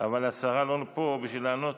אבל השרה לא פה בשביל לענות.